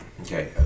Okay